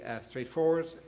straightforward